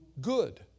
good